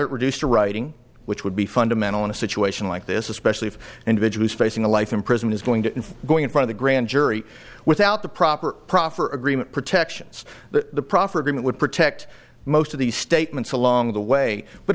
it reduced to writing which would be fundamental in a situation like this especially if individuals facing a life in prison is going to going to the grand jury without the proper proffer agreement protections that the proffer agreement would protect most of these statements along the way but